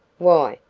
why,